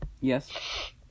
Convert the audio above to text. Yes